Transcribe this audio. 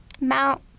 Mount